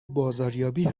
بازاریابی